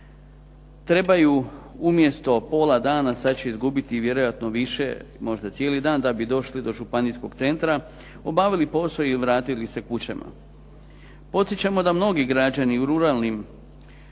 trebaju umjesto pola dana sad će izgubiti vjerojatno više, možda cijeli dan da bi došli do županijskog centra, obavili posao i vratili se kućama. Podsjećamo da mnogi građani u ruralnim